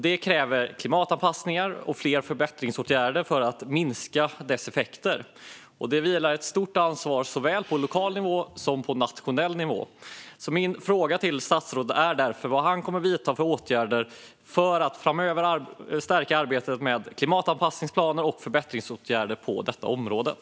Det kräver klimatanpassningar och fler förbättringsåtgärder för att minska effekterna av detta. Det vilar ett stort ansvar på såväl lokal som nationell nivå. Min fråga till statsrådet är: Vilka åtgärder kommer statsrådet att vidta för att framöver stärka arbetet med klimatanpassningsplaner och förbättringsåtgärder på området?